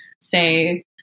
say